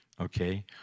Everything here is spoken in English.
Okay